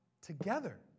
together